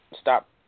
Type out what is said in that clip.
stop